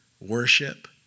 worship